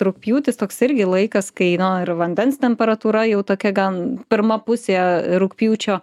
rugpjūtis toks irgi laikas kai nu ir vandens temperatūra jau tokia gan pirma pusė rugpjūčio